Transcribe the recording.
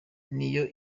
niyo